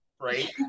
Right